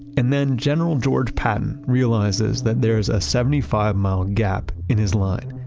and then general george patton realizes that there is a seventy five mile gap in his line,